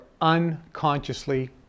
unconsciously